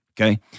Okay